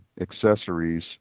accessories